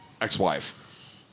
ex-wife